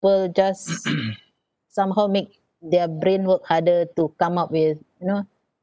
~ple just somehow make their brain work harder to come up with you know